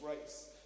race